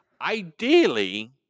Ideally